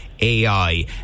AI